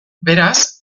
beraz